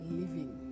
living